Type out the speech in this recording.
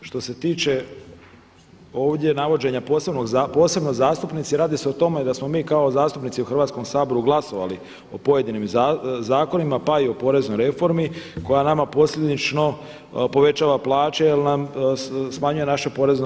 Što se tiče ovdje navođenja „posebno zastupnici“, radi se o tome da smo mi kao zastupnici u Hrvatskom saboru glasovali o pojedinim zakonima pa i o poreznoj reformi koja nama posljedično povećava plaće jer nam smanjuje naše porezno